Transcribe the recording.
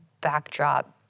backdrop